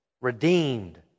redeemed